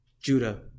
Judah